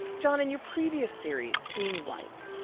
john, in your previous series, seeing white,